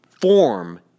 form